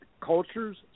cultures